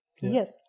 Yes